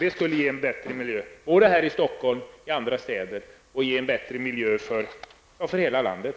Det skulle ge en bättre miljö i Stockholm, andra städer och för hela landet.